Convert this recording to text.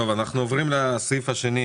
אנחנו עוברים לסעיף השני